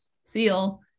seal